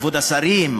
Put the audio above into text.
כבוד השרים,